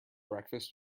breakfast